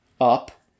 up